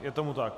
Je tomu tak?